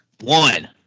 One